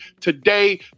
today